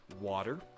water